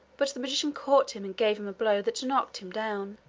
but the magician caught him and gave him a blow that knocked him down.